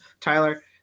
Tyler